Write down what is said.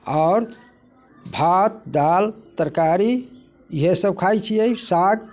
आओर भात दालि तरकारी इएहसब खाइ छिए साग